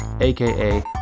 aka